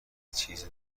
چیز